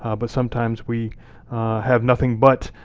ah but sometimes we have nothing but